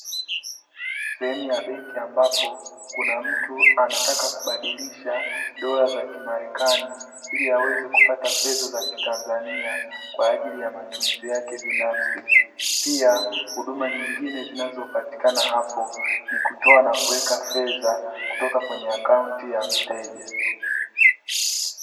Sehemu ya benki ambapo Kuna mtu anataka kubadirisha dora za kimarekani ili aweze kupata fedha za kitanzania kwa ajili ya matumizi yake binafsi, Pia huduma nyingine zinazopatikana hapo ni kutoa na kuweka fedha kutoka kwenye akaunti ya mteja.